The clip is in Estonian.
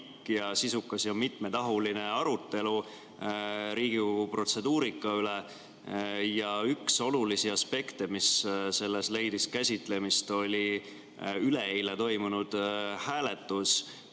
ja sisukas ja mitmetahuline arutelu Riigikogu protseduurika üle ja üks olulisi aspekte, mis leidis käsitlemist, oli üleeile toimunud hääletus,